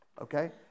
okay